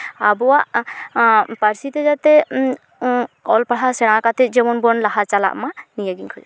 ᱟᱵᱚᱣᱟᱜ ᱯᱟᱹᱨᱥᱤᱛᱮ ᱡᱟᱛᱮ ᱚᱞ ᱯᱟᱲᱦᱟᱣ ᱥᱮᱬᱟ ᱠᱟᱛᱮᱫ ᱡᱮᱢᱚᱱ ᱵᱚᱱ ᱞᱟᱦᱟ ᱪᱟᱞᱟᱜ ᱢᱟ ᱱᱤᱭᱟᱹᱜᱤᱧ ᱠᱷᱚᱡᱚᱜᱼᱟ